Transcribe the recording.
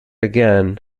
again